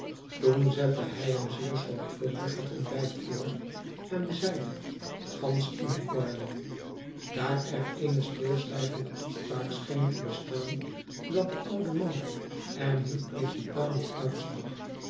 toen zette hij hem zeer zorgvuldig het ontbijt voor en zeide gansch in orde daar er eene stilzwijgende afspraak scheen tebestaan datde oude man er niet presentabel uitzag